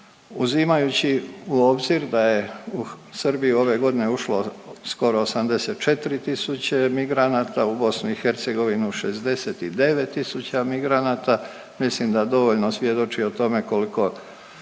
Uzimajući u obzir da je u Srbiji ove godine ušlo skoro 84 tisuće migranata, u BiH 69 tisuća migranata, mislim da dovoljno svjedoči o tome koliko